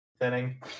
Thinning